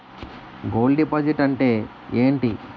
Gold deposit అంతే ఎంటి?